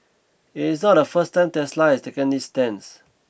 it's not the first time Tesla has taken this stance